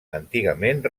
antigament